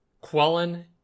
Quellen